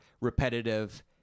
repetitive